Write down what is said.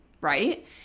Right